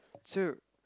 too